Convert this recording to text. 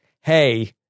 hey